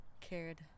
cared